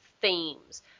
themes